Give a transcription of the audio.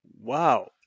wow